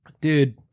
dude